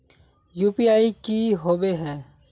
UPI की होबे है?